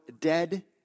dead